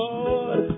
Lord